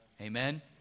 Amen